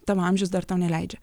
tavo amžius dar tau neleidžia